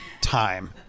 time